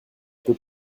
peux